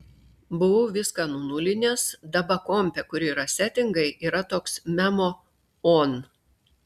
buvau viską nunulinęs daba kompe kur yra setingai yra toks memo on